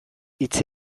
hitz